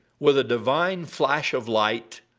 with a divine flash of light